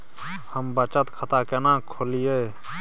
हम बचत खाता केना खोलइयै?